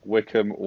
Wickham